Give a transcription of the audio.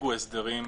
הנהיגו הסדרים